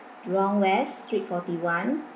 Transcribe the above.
jurong west street forty one